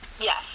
Yes